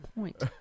point